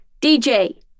DJ